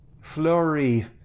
flurry